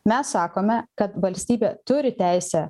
mes sakome kad valstybė turi teisę